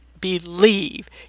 believe